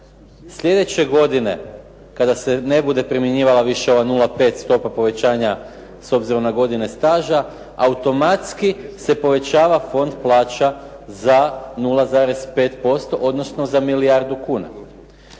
slijedeće godine kada se ne bude primjenjivala više ova 0,5 stopa povećanja s obzirom na godine staža automatski se povećava fond plaća za 0,5% odnosno za milijardu kuna.